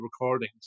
recordings